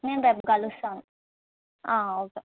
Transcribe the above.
నేను రేపు కలుస్తాను ఆ ఓకే